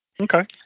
Okay